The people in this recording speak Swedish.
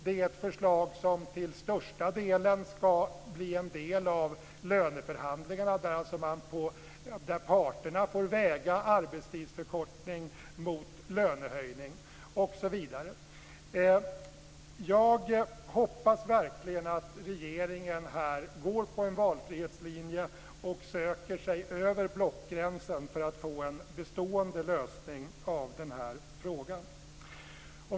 Det ska till största delen ingå i löneförhandlingarna, där parterna får väga arbetstidsförkortning mot lönehöjning osv. Jag hoppas verkligen att regeringen går på en valfrihetslinje och söker sig över blockgränsen, för att få en bestående lösning av denna fråga.